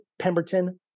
Pemberton